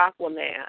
Aquaman